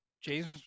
James